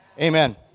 Amen